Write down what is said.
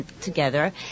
together